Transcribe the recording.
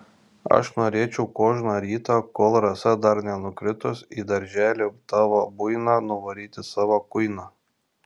aš norėčiau kožną rytą kol rasa dar nenukritus į darželį tavo buiną nuvaryti savo kuiną